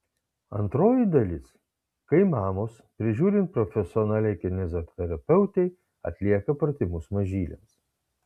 antroji dalis kai mamos prižiūrint profesionaliai kineziterapeutei atlieka pratimus mažyliams